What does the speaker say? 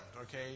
okay